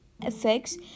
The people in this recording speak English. effects